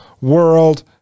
world